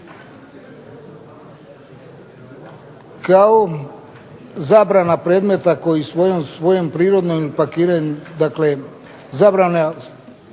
kao zabrana predmeta kojim svojim prirodnim pakiranjem, dakle zabrane